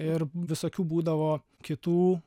ir visokių būdavo kitų